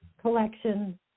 collection